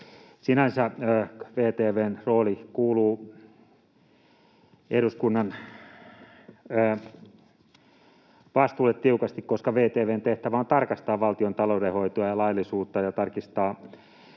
sinänsä VTV:n rooli kuuluu eduskunnan vastuulle tiukasti, koska VTV:n tehtävä on tarkastaa valtion taloudenhoitoa ja laillisuutta ja tarkistaa